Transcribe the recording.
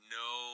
no